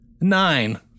Nine